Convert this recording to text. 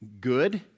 good